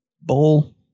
bowl